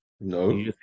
No